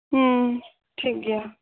ᱦᱮᱸᱻ ᱴᱷᱤᱠ ᱜᱮᱭᱟ